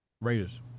Raiders